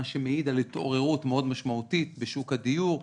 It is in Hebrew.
מה שמעיד על התעוררות מאוד משמעותית בשוק הדיור,